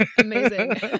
Amazing